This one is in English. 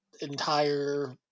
entire